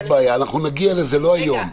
נגיע לזה לא היום.